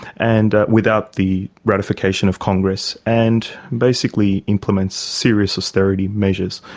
and without the ratification of congress, and basically implements serious austerity measures.